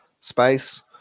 space